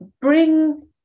bring